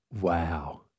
Wow